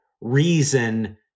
reason